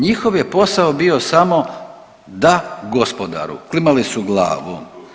Njihov je posao bio samo da gospodaru, klimali su glavom.